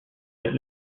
with